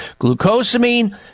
Glucosamine